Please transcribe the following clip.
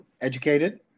educated